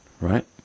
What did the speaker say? right